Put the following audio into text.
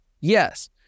Yes